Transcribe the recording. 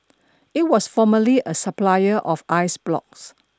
it was formerly a supplier of ice blocks